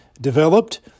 developed